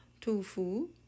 tofu